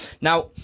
Now